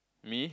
me